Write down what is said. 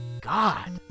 God